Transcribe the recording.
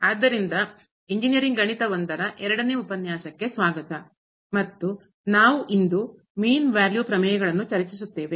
ಆದ್ದರಿಂದ ಇಂಜಿನಿಯರಿಂಗ್ ಗಣಿತ 1 ರ ಎರಡನೇ ಉಪನ್ಯಾಸಕ್ಕೆ ಸ್ವಾಗತ ಮತ್ತು ನಾವು ಇಂದು Mean Value ಸರಾಸರಿ ಮೌಲ್ಯ ಪ್ರಮೇಯಗಳನ್ನು ಚರ್ಚಿಸುತ್ತೇವೆ